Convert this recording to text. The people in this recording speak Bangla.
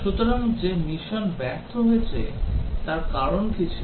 সুতরাং যে মিশন ব্যর্থ হয়েছে তার কারণ কি ছিল